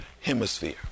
hemisphere